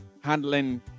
handling